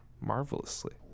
marvelously